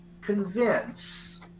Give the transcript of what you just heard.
convince